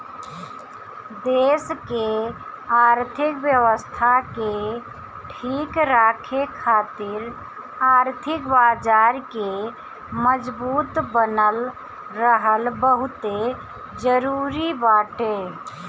देस के आर्थिक व्यवस्था के ठीक राखे खातिर आर्थिक बाजार के मजबूत बनल रहल बहुते जरुरी बाटे